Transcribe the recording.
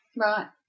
Right